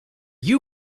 you